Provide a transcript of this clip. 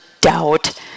doubt